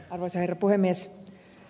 arvoisa herra puhemies